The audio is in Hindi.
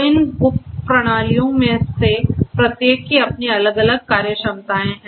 तो इन उप प्रणालियों में से प्रत्येक की अपनी अलग अलग कार्यक्षमताएं हैं